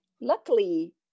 luckily